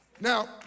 Now